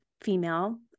female